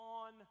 on